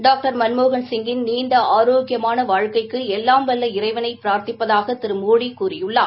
doctor மன்மோகன்சிங்கின் நீண்ட ஆரோக்கியமான வாழ்க்கைக்கு எல்லாம் வல்ல இறைவனை பிரார்த்திப்பதாக திரு மோடி கூறியுள்ளார்